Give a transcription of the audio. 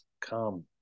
come